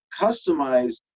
customize